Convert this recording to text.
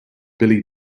billy